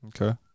Okay